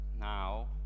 now